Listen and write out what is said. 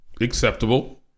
Acceptable